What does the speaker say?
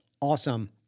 awesome